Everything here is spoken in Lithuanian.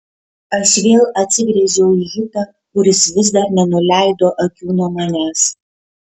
aš vėl atsigręžiau į hitą kuris vis dar nenuleido akių nuo manęs